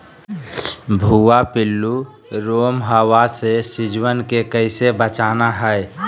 भुवा पिल्लु, रोमहवा से सिजुवन के कैसे बचाना है?